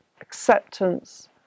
acceptance